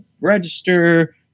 register